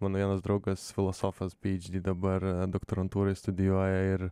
mano vienas draugas filosofas bei dabar doktorantūroj studijuoja ir